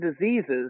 diseases